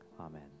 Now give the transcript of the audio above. Amen